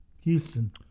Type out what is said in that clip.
Houston